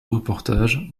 reportage